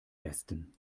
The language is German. besten